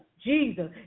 jesus